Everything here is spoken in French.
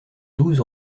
douze